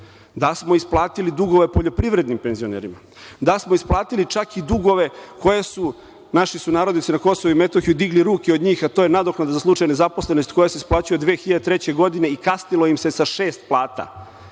da smo isplatili dugove poljoprivrednim penzionerima, da smo isplatili čak i dugove od kojih su naši sunarodnici na Kosovu i Metohiji digli ruke, a to je nadoknada za slučaj nezaposlenosti koja se isplaćuje od 2003. godine i kasnilo im se sa šest plata,